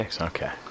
okay